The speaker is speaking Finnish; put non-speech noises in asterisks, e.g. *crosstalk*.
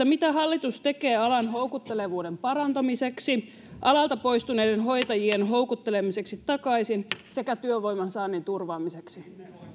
*unintelligible* mitä hallitus tekee alan houkuttelevuuden parantamiseksi alalta poistuneiden hoitajien houkuttelemiseksi takaisin sekä työvoiman saannin turvaamiseksi